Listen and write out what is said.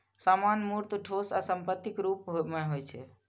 सामान मूर्त, ठोस आ संपत्तिक रूप मे होइ छै